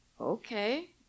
okay